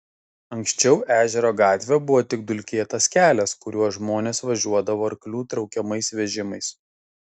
anksčiau ežero gatvė buvo tik dulkėtas kelias kuriuo žmonės važiuodavo arklių traukiamais vežimais